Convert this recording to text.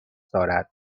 دارد